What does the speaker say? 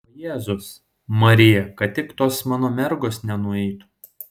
o jėzus marija kad tik tos mano mergos nenueitų